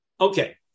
Okay